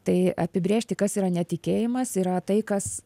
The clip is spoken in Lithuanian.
tai apibrėžti kas yra netikėjimas yra tai kas